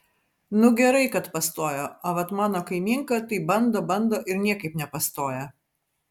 nu gerai kad pastojo a vat mano kaimynka tai bando bando ir niekap nepastoja